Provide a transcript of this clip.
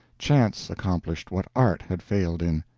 chance accomplished what art had failed in.